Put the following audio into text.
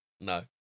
No